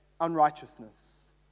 unrighteousness